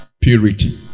purity